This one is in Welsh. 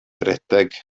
redeg